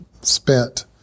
spent